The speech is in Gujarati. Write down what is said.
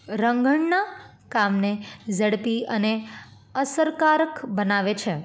રાંધણના કામને ઝડપી અને અસરકારક બનાવે છે